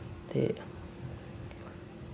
ते